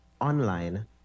online